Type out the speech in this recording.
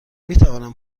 میتوانم